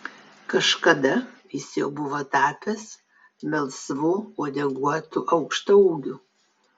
kažkada jis jau buvo tapęs melsvu uodeguotu aukštaūgiu